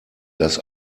das